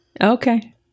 Okay